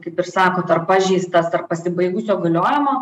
kaip ir sakot ar pažeistas ar pasibaigusio galiojimo